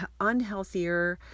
unhealthier